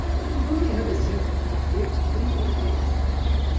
if you'd only had the sense to come straight to me, undine spragg!